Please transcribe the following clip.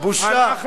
בושה.